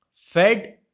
Fed